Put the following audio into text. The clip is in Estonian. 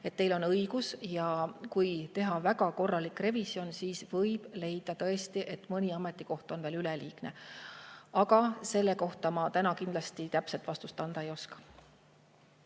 et teil on õigus. Kui teha väga korralik revisjon, siis võib tõesti leida, et mõni ametikoht on veel üleliigne. Aga selle kohta ma täna kindlasti täpset vastust anda ei oska.